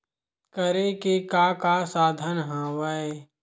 करे के का का साधन हवय?